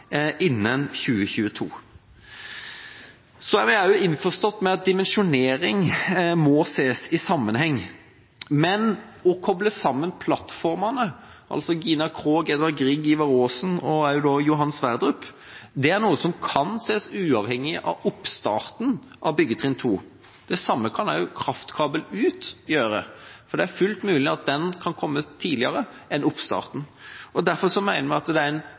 innen 2022. Vi er også innforstått med at dimensjonering må ses i sammenheng, men å koble sammen plattformene, altså Gina Krogh, Edvard Grieg, Ivar Aasen og Johan Sverdrup, er noe som kan ses uavhengig av oppstarten av byggetrinn 2. Det samme kan kraftkabel ut gjøre, for det er fullt mulig at den kan komme tidligere enn oppstarten. Derfor mener vi at det er